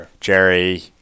Jerry